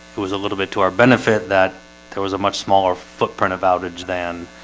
it was a little bit to our benefit that there was a much smaller footprint of outage than